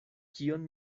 kion